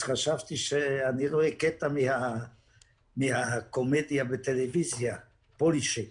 חשבתי שאני רואה קטע מהקומדיה בטלוויזיה, פולישוק.